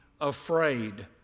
afraid